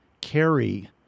carry